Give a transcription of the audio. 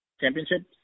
championship